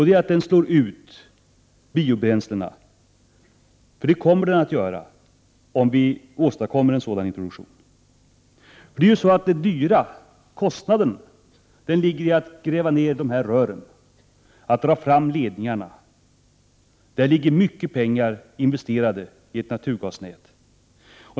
Den är att gasen slår ut biobränslena. Det kommer den att göra om vi åstadkommer en sådan introduktion. Den stora kostnaden för naturgas ligger i att gräva ned rör och dra fram ledningarna. Det ligger mycket pengar investerade i ett naturgasnät.